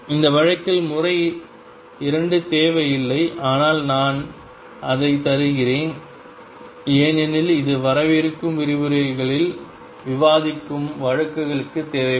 இந்த வழக்கில் முறை 2 தேவையில்லை ஆனால் நான் அதை தருகிறேன் ஏனெனில் இது வரவிருக்கும் விரிவுரைகளில் விவாதிக்கும் வழக்குகளுக்கு தேவைப்படும்